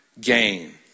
gain